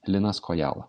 linas kojala